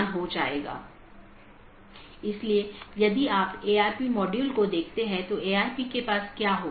सबसे अच्छा पथ प्रत्येक संभव मार्गों के डोमेन की संख्या की तुलना करके प्राप्त किया जाता है